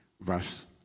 verse